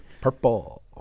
Purple